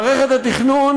למערכת התכנון,